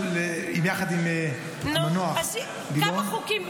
יחד עם המנוח גילאון --- כמה חוקים?